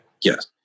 Yes